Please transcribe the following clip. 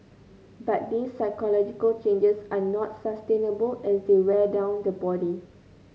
but these physiological changes are not sustainable as they wear down the body